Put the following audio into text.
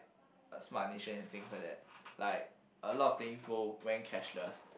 smart nation and things like that like a lot of things go went cashless